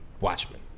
Watchmen